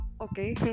okay